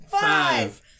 five